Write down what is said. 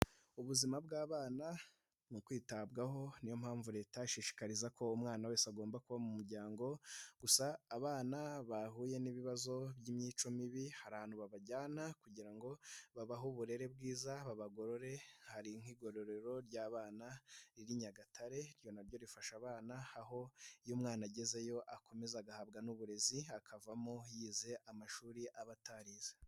Ubuzima bw'abana mu kwitabwaho niyo mpamvu leta ishishikariza ko umwana wese agomba kuba mu muryango, gusa abana bahuye n'ibibazo by'imico mibi hari abantu babajyana kugira ngo babahe uburere bwiza babagorore, hari igororero ry'abana riri Nyagatare iryo naryo rifasha abana, aho iyo umwana agezeyo akomeza agahabwa n'uburezi akavamo yize amashuri aba atarize.